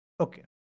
Okay